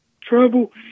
trouble